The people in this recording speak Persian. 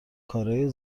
کارای